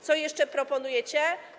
Co jeszcze proponujecie?